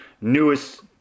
newest –